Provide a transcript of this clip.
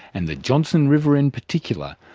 and the johnstone river in particular,